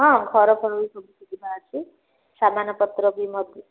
ହଁ ଘରଫର ବି ସବୁ ସୁବିଧା ଅଛି ସାମାନପତ୍ର ବି ମଧ୍ୟ